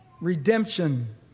redemption